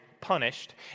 punished